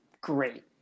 great